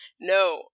No